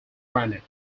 granted